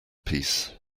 peace